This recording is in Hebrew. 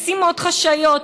משימות חשאיות.